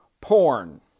porn